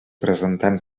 presentant